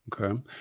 Okay